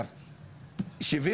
אם זה 70